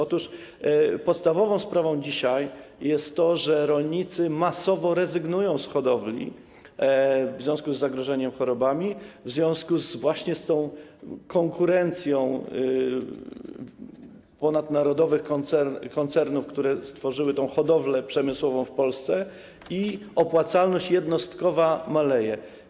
Otóż podstawową sprawą dzisiaj jest to, że rolnicy masowo rezygnują z hodowli w związku z zagrożeniem chorobami, w związku z konkurencją ponadnarodowych koncernów, które stworzyły hodowlę przemysłową w Polsce, i z tym, że opłacalność jednostkowa maleje.